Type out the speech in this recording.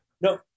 No